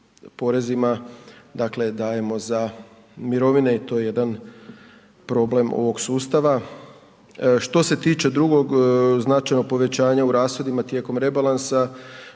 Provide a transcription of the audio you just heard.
porezima, dakle dajemo za mirovine i to je jedan problem ovog sustava. Što se tiče drugog značajnog povećanja u rashodima tijekom rebalansa,